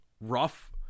rough